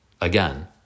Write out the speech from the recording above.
Again